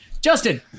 justin